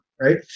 Right